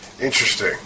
Interesting